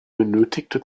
benötigte